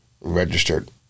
registered